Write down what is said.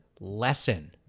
lesson